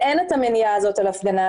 אין את המניעה הזאת לגבי הפגנה.